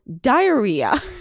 diarrhea